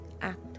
act